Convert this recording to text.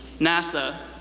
nasa,